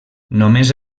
només